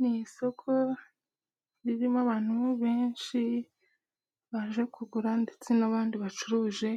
N'isoko ririmo abantu benshi baje kugura ndetse n'abandi bacuruje